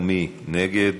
מי נגד?